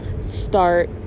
start